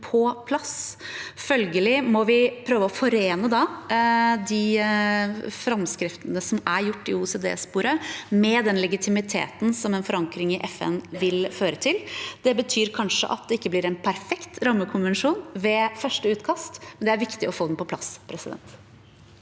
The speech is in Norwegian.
Følgelig må vi prøve å forene de framskrittene som er gjort i OECD-sporet, med den legitimiteten som en forankring i FN vil føre til. Det betyr kanskje at det ikke blir en perfekt rammekonvensjon ved første utkast, men det er viktig å få den på plass.